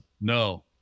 no